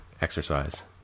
exercise